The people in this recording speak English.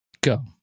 go